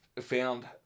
found